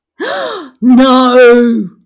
No